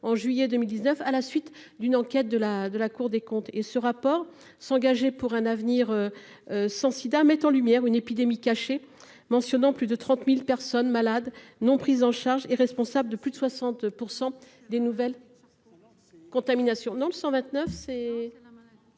en juillet 2019 à la suite d'une enquête de la de la Cour des comptes et ce rapport s'engager pour un avenir sans SIDA met en lumière une épidémie cachée mentionnant : plus de 30000 personnes malades non prise en charge et responsable de plus de 60 % des nouvelles contaminations dans le cent